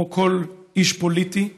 כמו כל איש פוליטי,